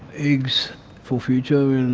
eggs for future, and and